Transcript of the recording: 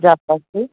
ਜਦ ਤੱਕ